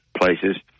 places